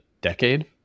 decade